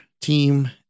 team